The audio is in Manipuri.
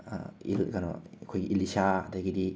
ꯏꯜ ꯀꯩꯅꯣ ꯑꯩꯈꯣꯏꯒꯤ ꯏꯂꯤꯁꯥ ꯑꯗꯒꯤꯗꯤ